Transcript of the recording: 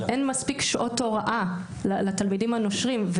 אין מספיק שעות הוראה לתלמידים הנושרים.